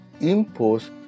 impose